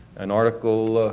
an article